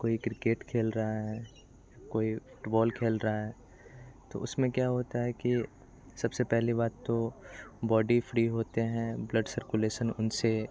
कोई क्रिकेट खेल रहा है कोई फुटबॉल खेल रहा है तो उसमें क्या होता है कि सबसे पहली बात तो बॉडी फ़्री होते हैं ब्लड सर्कुलेसन उनसे